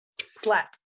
Slap